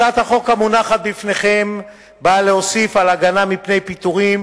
הצעת החוק המונחת בפניכם באה להוסיף על ההגנה מפני פיטורים,